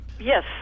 Yes